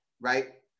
right